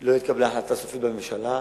לא התקבלה החלטה סופית בממשלה.